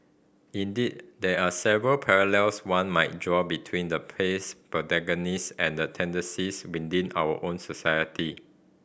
indeed there are several parallels one might draw between the play's protagonists and tendencies within our own society